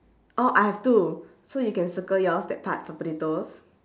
oh I have two so you can circle yours that part for potatoes